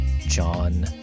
John